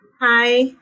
Hi